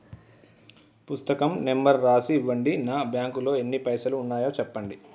పుస్తకం నెంబరు రాసి ఇవ్వండి? నా బ్యాంకు లో ఎన్ని పైసలు ఉన్నాయో చెప్పండి?